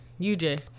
UJ